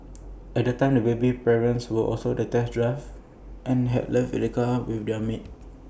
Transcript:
at the time the baby's parents were on A test drive and had left the car keys with their maid